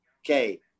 okay